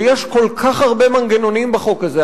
ויש כל כך הרבה מנגנונים בחוק הזה.